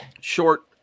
short